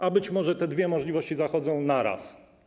A być może te dwie możliwości zachodzą naraz.